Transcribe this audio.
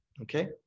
Okay